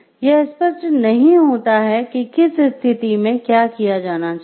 यह स्पष्ट नहीं होता है कि किस स्थिति मेँ क्या किया जाना चाहिए